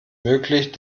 möglich